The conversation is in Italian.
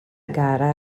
gara